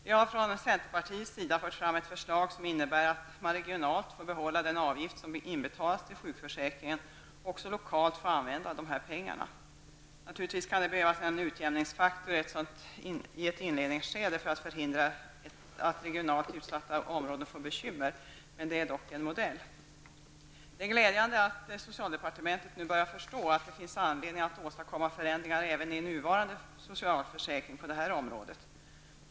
Vi har från centerpartiets sida fört fram ett förslag som innebär att man regionalt får behålla den avgift som inbetalas till sjukförsäkringen och också lokalt får använda dessa pengar. Naturligtvis kan det behövas en utjämningsfaktor i ett inledningsskede för att förhindra att regionalt utsatta områden får bekymmer. Det är dock en modell. Det är glädjande att socialdepartementet nu börjar förstå att det finns anledning att på detta område åstadkomma förändringar även i nuvarande socialförsäkring.